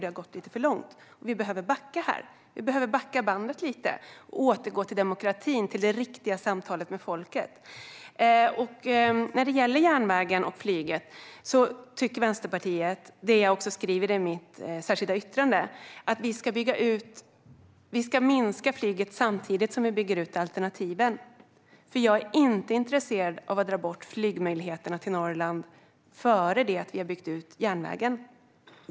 Det har gått lite för långt, och vi behöver backa bandet lite och återgå till demokratin och det riktiga samtalet med folket. När det gäller järnvägen och flyget tycker Vänsterpartiet, vilket jag också skriver i vårt särskilda yttrande, att vi ska minska flygandet samtidigt som vi bygger ut alternativen. Jag är inte intresserad av att ta bort flygmöjligheterna till Norrland innan vi har byggt ut järnvägen.